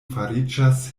fariĝas